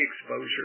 exposure